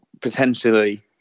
potentially